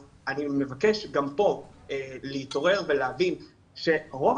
אני מבקש גם פה להתעורר ולהבין שרוב